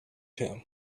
him